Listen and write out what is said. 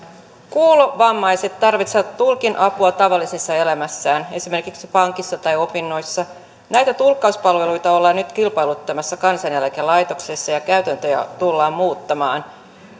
kuulovammaiset tarvitsevat tulkin apua tavallisessa elämässään esimerkiksi pankissa tai opinnoissa näitä tulkkauspalveluita ollaan nyt kilpailuttamassa kansaneläkelaitoksessa ja käytäntöjä tullaan muuttamaan